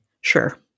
sure